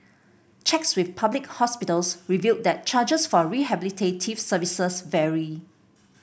checks with public hospitals revealed that charges for rehabilitative services vary